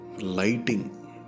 lighting